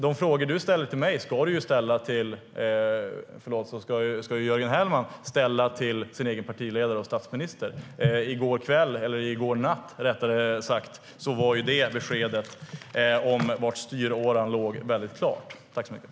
De frågor Jörgen Hellman ställer till mig ska han ställa till sin egen partiledare och statsminister. I går kväll, eller rättare sagt i går natt, var beskedet om var styråran låg väldigt klart.